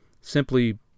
simply